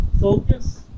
Focus